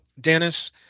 Dennis